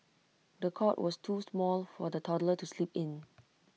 the cot was too small for the toddler to sleep in